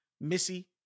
Missy